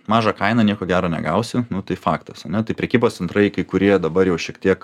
mažą kainą nieko gero negausi nu tai faktas ane tai prekybos centrai kai kurie dabar jau šiek tiek